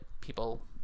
people